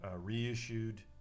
reissued